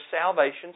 salvation